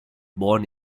born